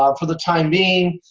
um for the time being,